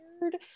weird